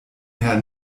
herr